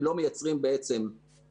הם לא מייצרים כסף,